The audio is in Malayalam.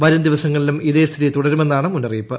വരും ദിവസങ്ങളിലും ഇതേ സ്ഥിതി തുടരുമെന്നാണ് മുന്നറിയിപ്പ്